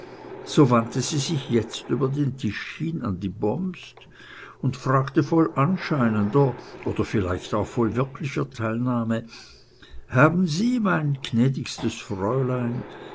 so wandte sie sich jetzt über den tisch hin an die bomst und fragte voll anscheinender oder vielleicht auch voll wirklicher teilnahme haben sie mein gnädigstes fräulein